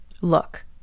Look